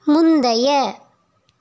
முந்தைய